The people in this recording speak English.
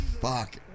fuck